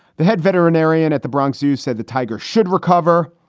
the head veterinarian at the bronx zoo said the tiger should recover.